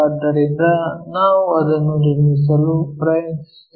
ಆದ್ದರಿಂದ ನಾವು ಅದನ್ನು ನಿರ್ಮಿಸಲು ಪ್ರಯತ್ನಿಸುತ್ತಿದ್ದೇವೆ